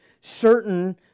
certain